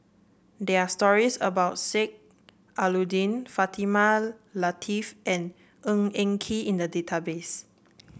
there are stories about Sheik Alau'ddin Fatimah Lateef and Ng Eng Kee in the database